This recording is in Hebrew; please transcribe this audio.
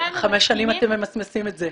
חמש שנים אתם ממסמסים את זה.